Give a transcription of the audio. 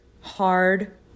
hard